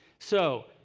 so,